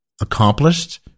accomplished